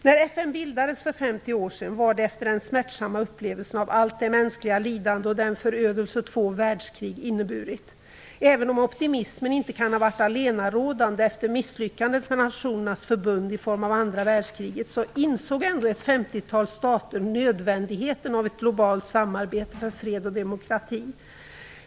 När FN bildades för 50 år sedan var det efter den smärtsamma upplevelsen av allt det mänskliga lidande och den förödelse två världskrig hade inneburit. Även om optimismen inte kan ha varit allenarådande efter misslyckandet med Nationernas förbund i form av andra världskriget insåg ändå ett femtiotal stater nödvändigheten av ett globalt samarbete för fred och demokrati.